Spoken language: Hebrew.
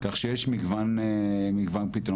כך שיש מגוון פתרונות.